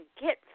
get